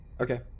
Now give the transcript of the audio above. Okay